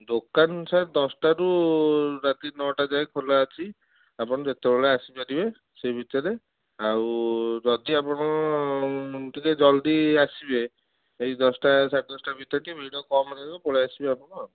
ଦୋକାନ ସାର୍ ଦଶଟାରୁ ରାତି ନଅଟା ଯାଏଁ ଖୋଲା ଅଛି ଆପଣ ଯେତେବେଳେ ଆସିପାରିବେ ସେଇ ଭିତରେ ଆଉ ଯଦି ଆପଣ ଟିକେ ଜଲଦି ଆସିବେ ସେଇ ଦଶଟା ସାଢ଼େ ଦଶଟା ଭିତରେ ଭିଡ଼ କମ୍ ରହିବ ପଳାଇ ଆସିବେ ଆପଣ